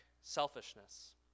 selfishness